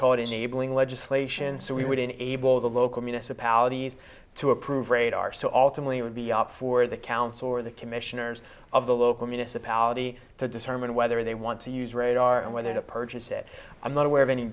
called enabling legislation so we would enable the local municipalities to approve radar so alternately it would be up for the council or the commissioners of the local municipality to determine whether they want to use radar and whether to purchase it i'm not aware of any